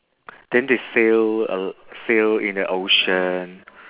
then they sail uh sail in the ocean